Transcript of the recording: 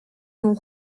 son